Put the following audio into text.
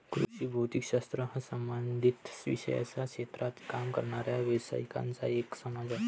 कृषी भौतिक शास्त्र हा संबंधित विषयांच्या क्षेत्रात काम करणाऱ्या व्यावसायिकांचा एक समाज आहे